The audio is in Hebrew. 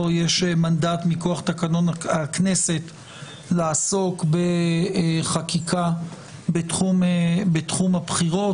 יש מנדט מכוח תקנון הכנסת לעסוק בחקיקה בתחום הבחירות.